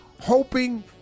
Hoping